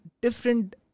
different